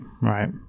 right